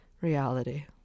reality